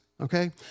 okay